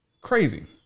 crazy